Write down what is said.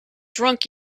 drunk